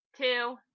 two